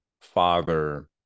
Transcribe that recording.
father